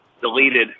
deleted